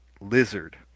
lizard